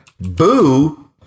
Boo